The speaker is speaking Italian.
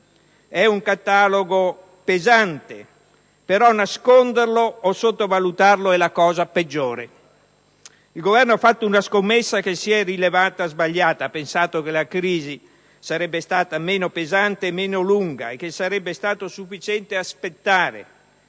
difficile, pesante. Però nasconderlo o sottovalutarlo è la cosa peggiore. Il Governo ha fatto una scommessa che si è rilevata sbagliata. Ha pensato che la crisi sarebbe stata meno pesante e meno lunga e che sarebbe stato sufficiente aspettare,